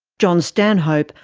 jon stanhope,